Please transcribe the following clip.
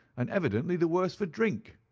and evidently the worse for drink.